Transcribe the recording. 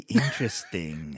interesting